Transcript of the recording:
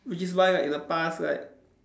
which is why like in the past like